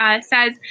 says